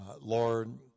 Lord